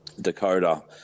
Dakota